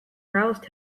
roused